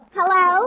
Hello